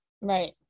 right